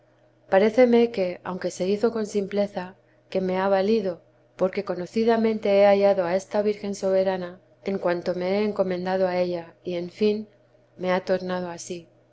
paréceme que aunque se hizo con simpleza que me ha valido porque conocidamente he hallado a esta virgen soberana en cuanto me he encomendado a ella y en fin me ha tornado a